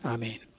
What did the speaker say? Amen